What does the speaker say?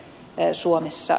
ei suomessa